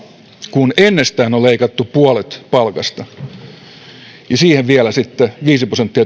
kun ennestään on leikattu puolet palkasta ja siihen vielä sitten viisi prosenttia